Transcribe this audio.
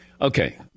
Okay